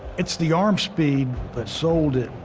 it's the arm speed that sold it.